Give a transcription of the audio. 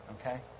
okay